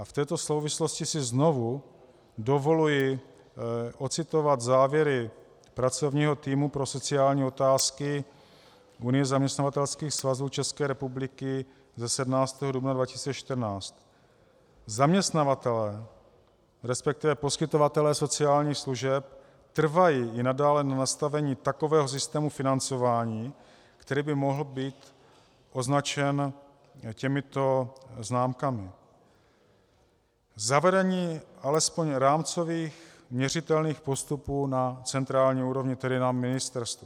V této souvislosti si znovu dovoluji ocitovat závěry pracovního týmu pro sociální otázky Unie zaměstnavatelských svazů České republiky ze 17. dubna 2014: Zaměstnavatelé, resp. poskytovatelé sociálních služeb trvají nadále na nastavení takového systému financování, který by mohl být označen těmito známkami: Zavedení alespoň rámcových měřitelných postupů na centrální úrovni, tedy na ministerstvu.